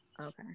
okay